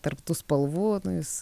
tarp tų spalvų jis